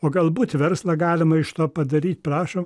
o galbūt verslą galima iš to padaryt prašom